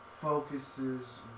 focuses